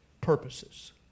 purposes